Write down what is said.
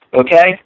okay